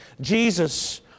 Jesus